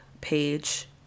page